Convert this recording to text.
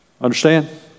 Understand